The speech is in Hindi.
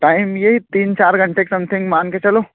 टाइम यही तीन चार घंटे के समथिंग मान कर चलो